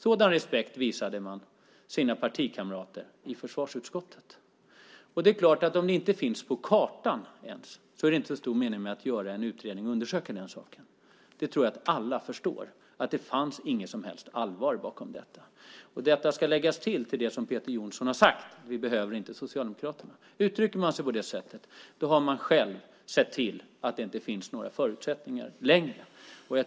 Sådan respekt visade han sina partikamrater i försvarsutskottet. Det är klart att om det inte ens finns på kartan är det inte så stor mening att göra en utredning och undersöka saken. Jag tror att alla förstår att det inte fanns något som helst allvar bakom detta. Detta ska läggas till det som Peter Jonsson sade om att man inte behöver Socialdemokraterna. Uttrycker man sig på det sättet har man själv sett till att det inte finns några förutsättningar i längden.